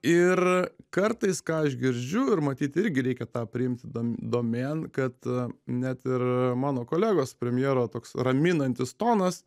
ir kartais ką aš girdžiu ir matyt irgi reikia tą priimt domėn kad net ir mano kolegos premjero toks raminantis tonas